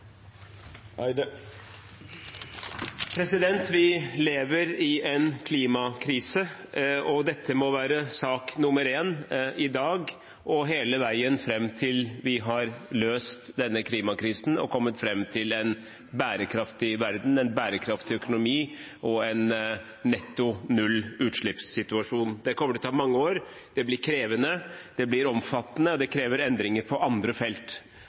Vi lever i en klimakrise. Dette må være sak nr. én i dag og hele veien fram til vi har løst denne klimakrisen og kommet fram til en bærekraftig verden, en bærekraftig økonomi og en netto null-utslippssituasjon. Det kommer til å ta mange år, det blir krevende, det blir omfattende, og det krever endringer på andre felt.